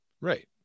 Right